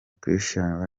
christian